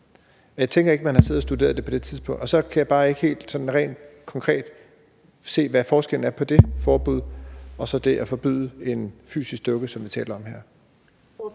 Jeg tænker ikke, at man på det tidspunkt har siddet og studeret det. Så kan jeg bare ikke helt sådan konkret se, hvad forskellen er på det forbud og så det at forbyde en fysisk dukke, som vi taler om her.